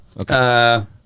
Okay